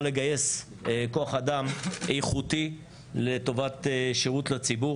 לגייס כוח אדם איכותי לטובת שירות לציבור.